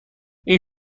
این